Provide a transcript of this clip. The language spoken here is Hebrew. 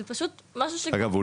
אגב,